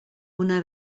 una